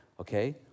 okay